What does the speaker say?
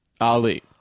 Ali